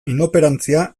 inoperanzia